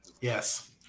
Yes